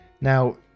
Now